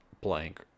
blank